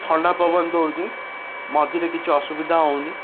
ଥଣ୍ଡା ପବନ ଦଉଛି ମଝିରେ କିଛି ଅସୁବିଧା ହଉନି